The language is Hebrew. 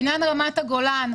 בעניין רמת הגולן,